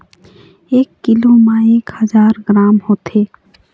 एक कीलो म एक हजार ग्राम होथे